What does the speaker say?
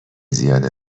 زیاده